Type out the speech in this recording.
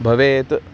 भवेत्